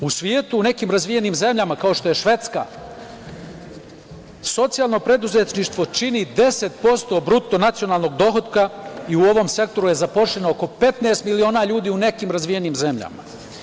U svetu, u nekim razvijenim zemljama, kao što je Švedska, socijalno preduzetništvo čini 10% BDP-a i u ovom sektoru je zaposleno oko 15 miliona ljudi u nekim razvijenim zemljama.